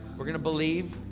we're gonna believe,